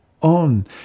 on